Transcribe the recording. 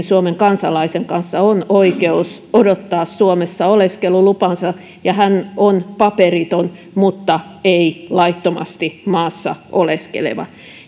suomen kansalaisen kanssa on oikeus odottaa suomessa oleskelulupaansa ja hän on paperiton mutta ei laittomasti maassa oleskeleva